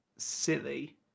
silly